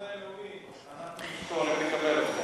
למחנה הלאומי, אנחנו, נקבל אתכם.